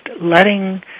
letting